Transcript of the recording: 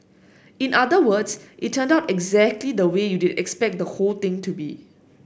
in other words it turned out exactly the way you'd expect the whole thing to be